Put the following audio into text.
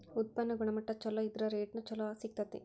ಉತ್ಪನ್ನ ಗುಣಮಟ್ಟಾ ಚುಲೊ ಇದ್ರ ರೇಟುನು ಚುಲೊ ಸಿಗ್ತತಿ